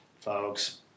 folks